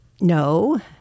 No